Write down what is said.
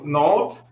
note